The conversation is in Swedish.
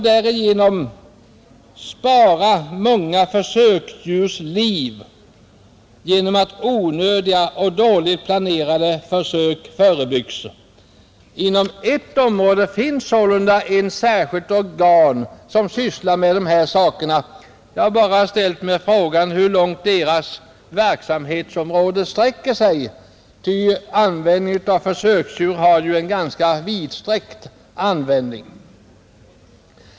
Man sparar många försöksdjurs liv genom att onödiga och dåligt planerade försök förebyggs. Inom ett avsnitt finns sålunda ett särskilt organ som sysslar med dessa saker. Jag har bara ställt mig frågan hur långt dess verksamhetsområde sträcker sig, eftersom försöksdjur fått en vidsträckt användning.